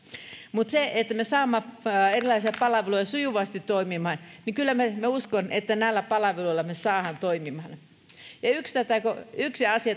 mutta tärkeää on se että me saamme erilaisia palveluja sujuvasti toimimaan ja kyllä minä uskon että näillä palveluilla me saamme toimimaan kun yksi asia